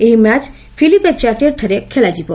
ଏହି match Philippe ଚାର୍ଟିୟର୍ଠାରେ ଖେଳାଯିବ